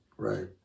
Right